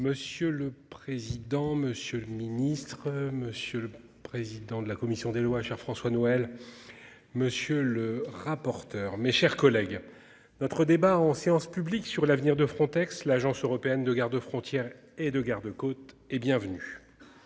Monsieur le président, monsieur le ministre, monsieur le président de la commission des lois, cher François Noël. Monsieur le rapporteur. Mes chers collègues. Notre débat en séance publique sur l'avenir de Frontex, l'agence européenne de garde-frontières et de gardes-côtes et bienvenue.